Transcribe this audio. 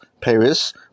Paris